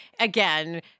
again